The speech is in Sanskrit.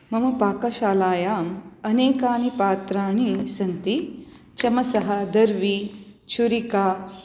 मम पाकशालायाम् अनेकानि पात्राणि सन्ति चमसः दर्वी चुरिका